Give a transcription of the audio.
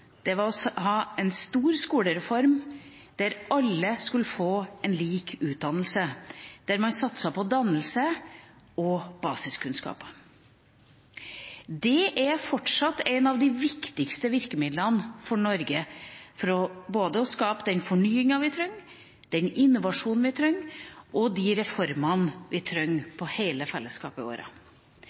det var å ha en stor skolereform der alle skulle få lik utdannelse, og der man satset på dannelse og basiskunnskaper. Det er fortsatt et av de viktigste virkemidlene for Norge for å skape både den fornyingen vi trenger, den innovasjonen vi trenger, og de reformene vi trenger for hele fellesskapet vårt.